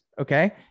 okay